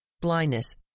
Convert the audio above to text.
blindness